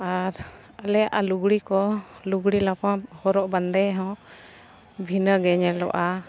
ᱟᱨ ᱟᱞᱮᱭᱟᱜ ᱞᱩᱜᱽᱲᱤᱡ ᱠᱚ ᱞᱩᱜᱽᱲᱤᱡ ᱞᱟᱯᱚ ᱦᱚᱨᱚᱜ ᱵᱟᱸᱫᱮ ᱦᱚᱸ ᱵᱷᱤᱱᱟᱹ ᱜᱮ ᱧᱮᱞᱚᱜᱼᱟ